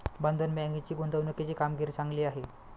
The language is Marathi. बंधन बँकेची गुंतवणुकीची कामगिरी चांगली आहे